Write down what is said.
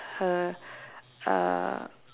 her uh